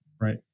right